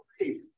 life